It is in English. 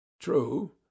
True